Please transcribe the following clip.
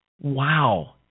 Wow